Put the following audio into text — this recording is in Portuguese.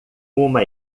uma